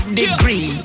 degree